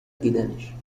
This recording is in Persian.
دیدنش